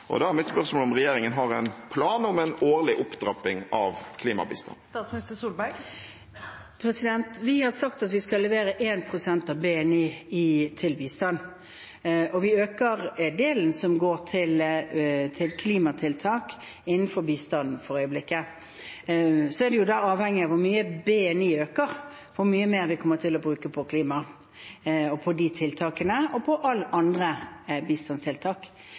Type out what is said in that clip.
Da er mitt spørsmål om regjeringen har en plan om en årlig opptrapping av klimabistanden. Vi har sagt at vi skal levere 1 pst. av BNI til bistand. Vi øker delen som går til klimatiltak innenfor bistand for øyeblikket. Så er det avhengig av hvor mye BNI øker, hvor mye mer vi kommer til å bruke på klima og på de tiltakene og på alle andre bistandstiltak.